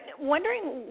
wondering